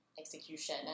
execution